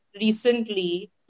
recently